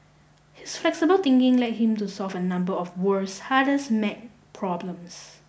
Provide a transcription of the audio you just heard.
his flexible thinking led him to solve a number of the world's hardest math problems